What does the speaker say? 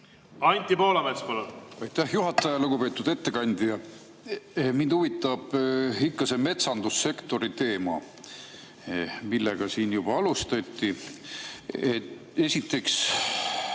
Anti Poolamets, palun! Aitäh, juhataja! Lugupeetud ettekandja! Mind huvitab ikka see metsandussektori teema, millega siin juba alustati. Esiteks